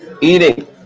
eating